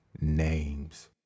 names